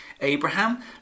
Abraham